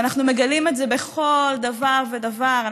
ואנחנו מגלים את זה בכל דבר ודבר.